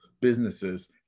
businesses